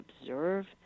observe